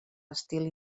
estil